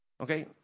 Okay